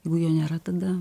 jeigu jo nėra tada